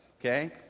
okay